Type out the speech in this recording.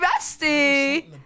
bestie